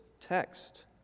text